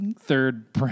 Third